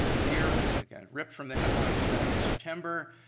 here, again, ripped form the headlines back in september,